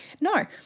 No